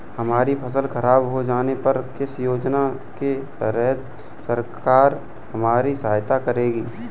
हमारी फसल खराब हो जाने पर किस योजना के तहत सरकार हमारी सहायता करेगी?